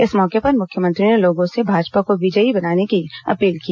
इस मौके पर मुख्यमंत्री ने लोगों से भाजपा को विजयी बनाने की अपील की